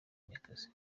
munyakazi